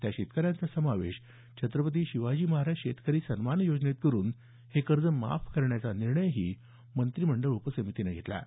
त्या शेतकऱ्यांचा समावेश छत्रपती शिवाजी महाराज शेतकरी सन्मान योजनेत करुन हे कर्ज माफ करण्याचा निर्णयही या मंत्रिमंडळ उपसमितीनं घेतला आहे